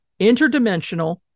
interdimensional